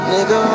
Nigga